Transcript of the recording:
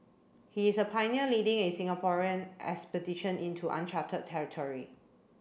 he is a pioneer leading a Singaporean expedition into uncharted territory